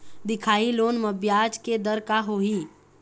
दिखाही लोन म ब्याज के दर का होही?